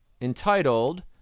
entitled